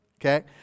Okay